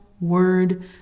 word